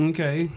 Okay